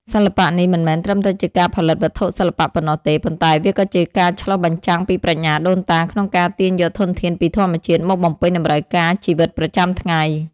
សិល្បៈនេះមិនមែនត្រឹមតែជាការផលិតវត្ថុសិល្បៈប៉ុណ្ណោះទេ ប៉ុន្តែវាជាការឆ្លុះបញ្ចាំងពីប្រាជ្ញាដូនតាក្នុងការទាញយកធនធានពីធម្មជាតិមកបំពេញតម្រូវការជីវិតប្រចាំថ្ងៃ។